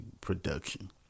production